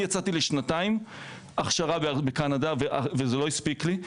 אני יצאתי לשנתיים הכשרה בקנדה וזה לא הספיק לי.